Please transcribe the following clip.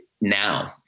Now